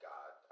God